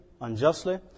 unjustly